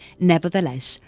nevertheless,